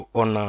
on